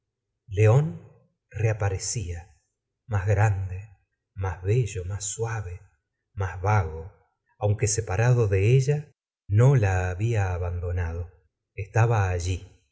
leon reaparecía más gran de más bello más suave más vago aunque separado de ella no la había abandonado estaba allí